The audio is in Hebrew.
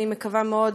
אני מקווה מאוד,